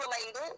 related